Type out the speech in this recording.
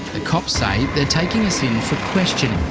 the cops say they're taking us in for questioning.